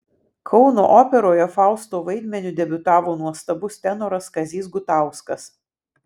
kauno operoje fausto vaidmeniu debiutavo nuostabus tenoras kazys gutauskas